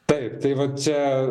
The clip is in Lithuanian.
taip tai va čia